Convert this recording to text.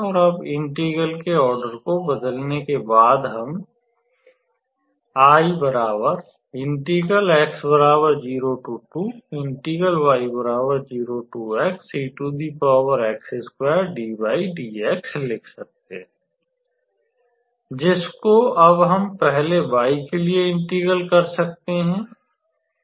अब इंटीग्रल के ऑर्डर को बदलने के बाद हम लिख सकते हैं जिसको अब हम पहले y के लिए इंटीग्रल कर सकते हैं